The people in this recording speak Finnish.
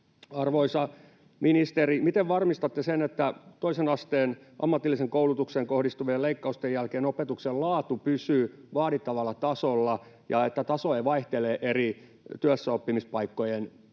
Arvoisa ministeri, miten varmistatte sen, että toisen asteen ammatilliseen koulutukseen kohdistuvien leikkausten jälkeen opetuksen laatu pysyy vaadittavalla tasolla ja että taso ei vaihtele eri työssäoppimispaikkojen välillä?